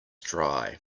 dry